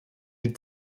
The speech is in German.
die